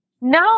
No